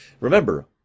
Remember